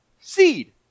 seed